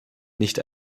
nicht